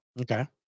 Okay